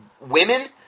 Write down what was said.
women